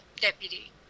deputy